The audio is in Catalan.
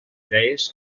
idees